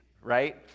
right